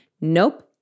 nope